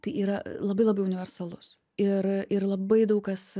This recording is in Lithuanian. tai yra labai labai universalus ir ir labai daug kas